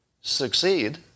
succeed